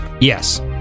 Yes